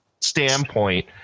standpoint